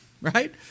right